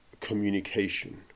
communication